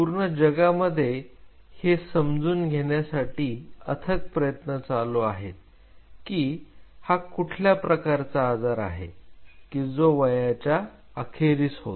पूर्ण जगामध्ये हे समजून घेण्यासाठी अथक प्रयत्न चालू आहेत की हा कुठल्या प्रकारचा आजार आहे की जो वयाच्या अखेरीस होतो